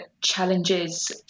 challenges